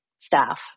staff